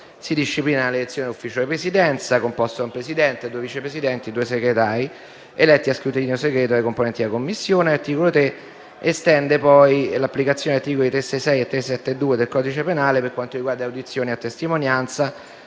Si disciplina l'elezione dell'Ufficio di presidenza, composto da un Presidente, due Vice Presidenti e due Segretari, eletti a scrutinio segreto tra i componenti della Commissione. L'articolo 3 estende l'applicazione degli articoli 366 e 372 del codice penale per quanto riguarda le audizioni a testimonianza,